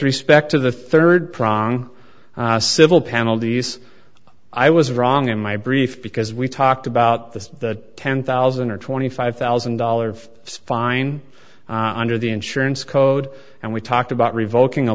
respect to the third prong civil penalties i was wrong in my brief because we talked about the ten thousand or twenty five thousand dollars fine and or the insurance code and we talked about revoking a